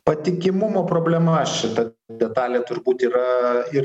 patikimumo problema šita detalė turbūt yra ir